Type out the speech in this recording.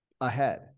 ahead